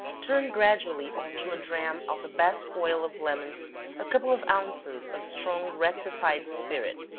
turn gradually on to a drachm of the best oil of lemons a couple of ounces of strong rectified spirit.